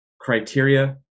criteria